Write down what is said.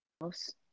house